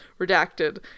Redacted